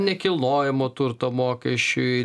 nekilnojamo turto mokesčiui